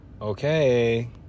Okay